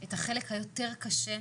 את החלק היותר קשה,